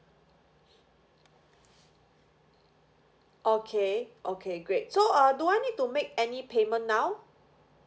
okay okay great so uh do I need to make any payment now